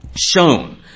shown